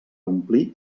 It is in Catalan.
omplir